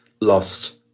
lost